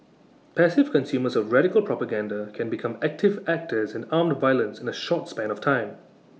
passive consumers of radical propaganda can become active actors in armed violence in A short span of time